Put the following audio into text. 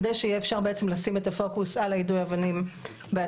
כדי שיהיה אפשר בעצם לשים את הפוקוס על יידוי אבנים בעצמו,